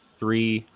three